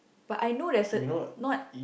but I know that's a not